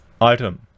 item